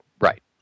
Right